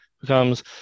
becomes